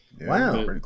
Wow